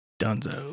Dunzo